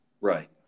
Right